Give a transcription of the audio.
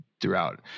throughout